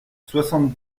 soixante